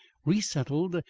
resettled,